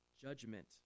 judgment